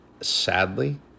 sadly